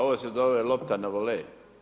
Ovo se zove lopta na volej.